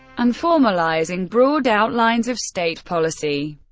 and formalising broad outlines of state policy.